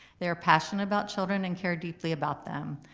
they are passionate about children and care deeply about them.